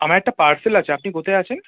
আমার একটা পার্সেল আছে আপনি কোথায় আছেন